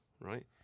right